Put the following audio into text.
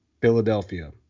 Philadelphia